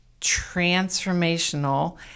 transformational